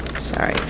sorry.